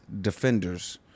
defenders